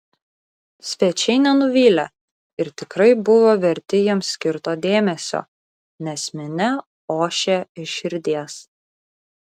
svečiai nenuvylė ir tikrai buvo verti jiems skirto dėmesio nes minia ošė iš širdies